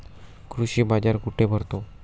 कृषी बाजार कुठे भरतो?